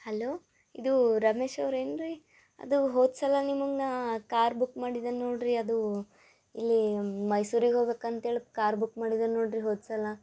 hello ಇದು ರಮೇಶ್ ಅವ್ರು ಏನು ರಿ ಅದು ಹೋದ ಸಲ ನಿಮಗ್ ನಾ ಕಾರ್ ಬುಕ್ ಮಾಡಿದ್ದೆ ನೋಡಿರಿ ಅದು ಇಲ್ಲಿ ಮೈಸೂರಿಗೆ ಹೋಗ್ಬೇಕಂತ ಹೇಳ್ ಕಾರ್ ಬುಕ್ ಮಾಡಿದ್ದೆ ನೋಡಿರಿ ಹೋದ ಸಲ